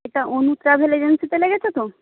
এটা অনু ট্রাভেল এজেন্সিতে লেগেছে তো